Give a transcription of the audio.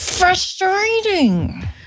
Frustrating